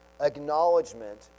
acknowledgement